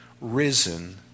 risen